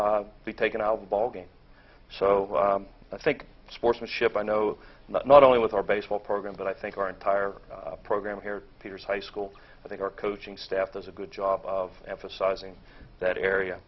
to be taken out of the ballgame so i think sportsmanship i know not only with our baseball program but i think our entire program here peter's high school i think our coaching staff has a good job of emphasizing that area